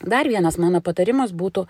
dar vienas mano patarimas būtų